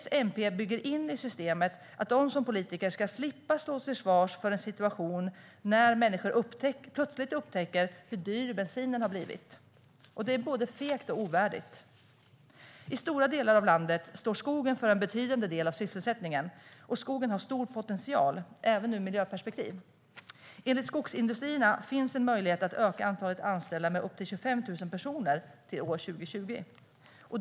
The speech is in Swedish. S-MP bygger in i systemet att de som politiker ska slippa stå till svars när människor plötsligt upptäcker hur dyr bensinen har blivit. Det är både fegt och ovärdigt. I stora delar av landet står skogen för en betydande del av sysselsättningen, och skogen har stor potential, även ur miljöperspektiv. Enligt Skogsindustrierna finns en möjlighet att öka antalet anställda med upp till 25 000 personer till år 2020.